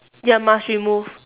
ya must remove